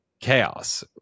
chaos